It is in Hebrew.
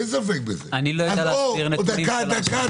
אין ספק בזה --- אני לא יודע להסביר נתונים ש --- דקה,